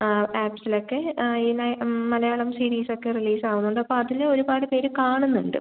ആ ആപ്പ്സിലൊക്കെ ആ ഇതിന് മലയാളം സിരീസൊക്കെ റിലീസാവുന്നുണ്ട് അപ്പോൾ അതിലും ഒരുപാട് പേര് കാണുന്നുണ്ട്